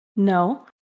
No